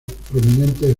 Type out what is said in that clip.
prominentes